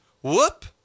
whoop